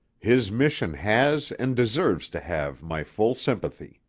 his mission has and deserves to have my full sympathy.